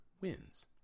wins